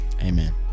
amen